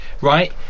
right